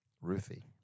Ruthie